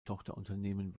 tochterunternehmen